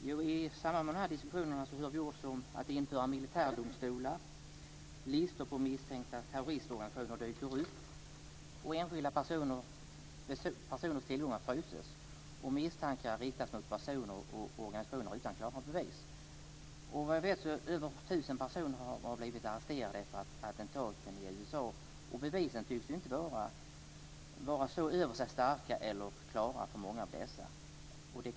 Fru talman! I samband med den här diskussionen talar vi också om att införa militärdomstolar, att listor på misstänkta terroristorganisationer dyker upp, enskilda personers tillgångar fryses och misstankar riktas mot personer och organisationer utan klara bevis. Såvitt jag vet har över 1 000 personer blivit arresterade efter attentaten i USA, och bevisen tycks inte vara vare sig starka eller klara i många av dessa fall.